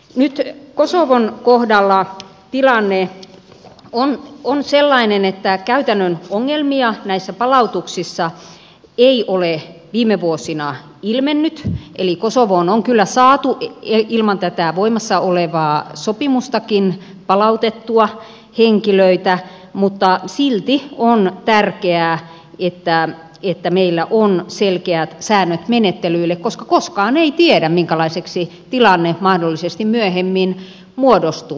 nyt kosovon kohdalla tilanne on sellainen että käytännön ongelmia näissä palautuksissa ei ole viime vuosina ilmennyt eli kosovoon on kyllä saatu ilman tätä voimassa olevaa sopimustakin palautettua henkilöitä mutta silti on tärkeää että meillä on selkeät säännöt menettelyille koska koskaan ei tiedä minkälaiseksi tilanne mahdollisesti myöhemmin muodostuu